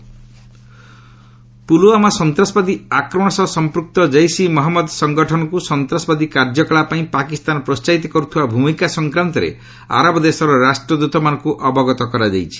India Arab nations Pulwama ସନ୍ତାସବାଦୀ ଆକ୍ରମଣ ସହ ସମ୍ପୂକ୍ତ ଜେସି ମହମ୍ମଦ ସଂଗଠନକୁ ସନ୍ତ୍ରାସବାଦୀ କାର୍ଯ୍ୟକଳାପ ପାଇଁ ପାକିସ୍ତାନ ପ୍ରୋସାହିତ କର୍ଥକବା ଭୂମିକା ସଂକ୍ୱାନ୍ତରେ ଆରବ ଦେଶର ରାଷ୍ଟଦ୍ରତମାନଙ୍କୁ ଅବଗତ କରାଯାଇଛି